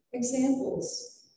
Examples